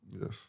Yes